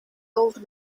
old